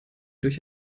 durch